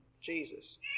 Jesus